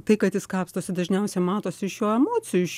tai kad jis kapstosi dažniausiai matosi iš jo emocijų iš